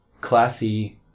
classy